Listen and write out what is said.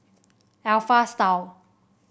Alpha Style